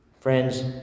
Friends